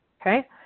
okay